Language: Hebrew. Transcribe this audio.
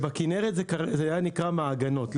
נכון, ובכנרת זה נקרא מעגנות.